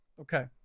Okay